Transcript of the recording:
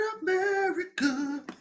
America